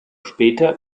später